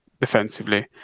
defensively